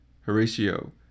Horatio